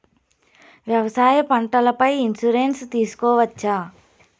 వ్యవసాయ పంటల పై ఇన్సూరెన్సు తీసుకోవచ్చా?